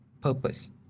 purpose